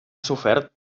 sofert